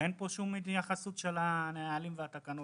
ואין פה שום התייחסות של הנהלים והתקנות.